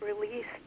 released